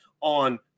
on